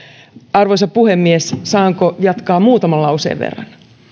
arvoisa puhemies saanko jatkaa muutaman lauseen verran